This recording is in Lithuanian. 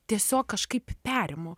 tiesiog kažkaip perimu